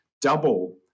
double